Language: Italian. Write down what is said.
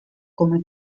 come